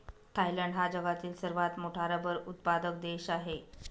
Thailand हा जगातील सर्वात मोठा रबर उत्पादक देश आहे